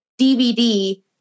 DVD